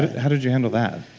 how did you handle that?